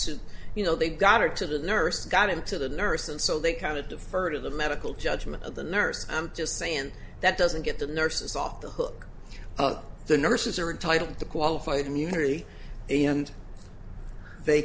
says you know they got her to the nurse got him to the nurse and so they kind of defer to the medical judgment of the nurse i'm just saying that doesn't get the nurses off the hook the nurses are entitled to qualified immunity and they